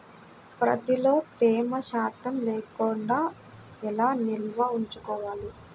ప్రత్తిలో తేమ శాతం లేకుండా ఎలా నిల్వ ఉంచుకోవాలి?